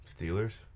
Steelers